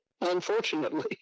unfortunately